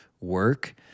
work